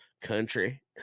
country